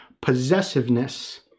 possessiveness